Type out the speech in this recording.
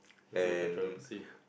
there's a controversy